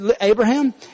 Abraham